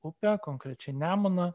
upę konkrečiai nemuną